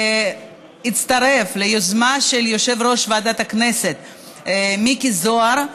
שהצטרף ליוזמה של יושב-ראש ועדת הכנסת מיקי זוהר,